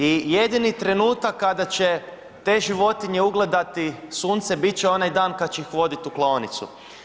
I jedini trenutak kada će te životinje ugledati sunce, bit će onaj dan kad će ih voditi u klaonicu.